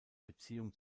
beziehung